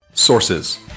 sources